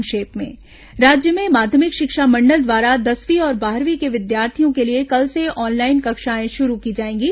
संक्षिप्त समाचार राज्य में माध्यमिक शिक्षा मंडल द्वारा दसवीं और बारहवीं के विद्यार्थियों के लिए कल से ऑनलाईन कक्षाएं शुरू की जाएंगी